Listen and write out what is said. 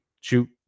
Shoot